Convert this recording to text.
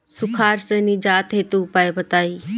सुखार से निजात हेतु उपाय बताई?